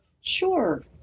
Sure